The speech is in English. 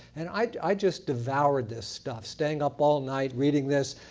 and i just devoured this stuff. staying up all night, reading this,